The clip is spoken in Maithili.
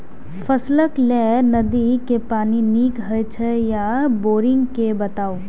फसलक लेल नदी के पानी नीक हे छै या बोरिंग के बताऊ?